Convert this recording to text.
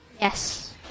Yes